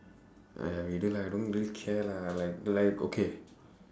!hais! lah I don't really care lah like like okay